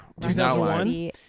2001